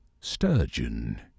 sturgeon